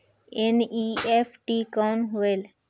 NEFT कौन होएल?